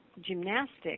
gymnastics